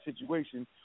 situation